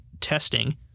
Testing